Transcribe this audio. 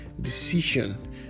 decision